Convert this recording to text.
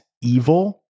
evil